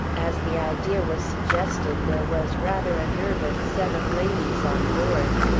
as the idea was suggested, there was rather a nervous set of ladies on board.